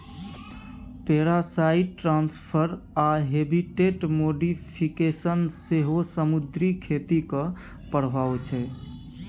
parasite transfer आ habitat modification सेहो समुद्री खेतीक प्रभाब छै